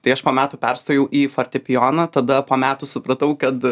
tai aš po metų perstojau į fortepijoną tada po metų supratau kad